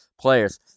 players